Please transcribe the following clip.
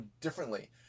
differently